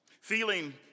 Feeling